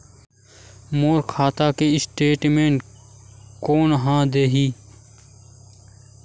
मोर खाता के स्टेटमेंट कोन ह देही?